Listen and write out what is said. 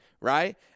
Right